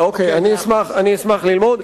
אני אסביר.